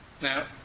Now